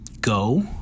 go